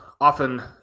often